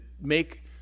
make